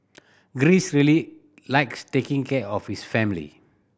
Greece really likes taking care of his family